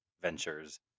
ventures